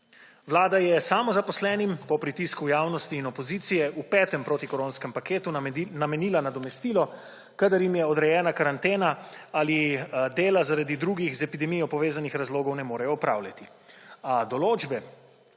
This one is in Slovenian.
Vlada je samozaposlenim po pritisku javnosti in opozicije v petem protikoronskem paketu namenila nadomestilo, kadar jim je odrejena karantena ali dela zaradi drugih z epidemijo povezanih razlogov ne morejo odpravljati.